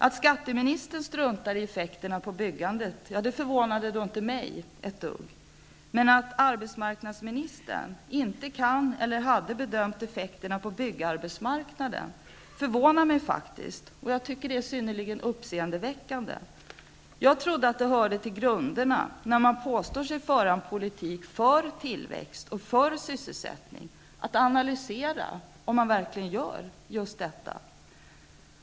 Att skatteministern struntar i effekterna på byggandet förvånade inte mig ett dugg. Men att arbetsmarknadsministern inte kan bedöma -- eller inte hade bedömt -- effekterna på byggarbetsmarknaden förvånar mig faktiskt, och jag tycker att det är synnerligen uppseendeväckande. Jag trodde att det hörde till grunderna, när man påstår sig föra en politik för tillväxt och för sysselsättning, att analysera om man verkligen gör just detta.